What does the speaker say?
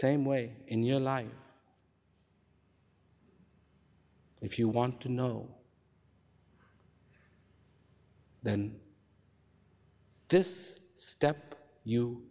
same way in your life if you want to know then this step you